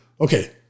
okay